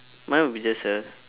mine would be just a